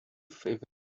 favorite